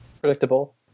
Predictable